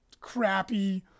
crappy